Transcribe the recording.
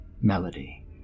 melody